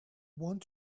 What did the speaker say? want